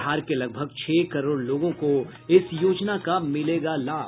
बिहार के लगभग छह करोड़ लोगों को इस योजना का मिलेगा लाभ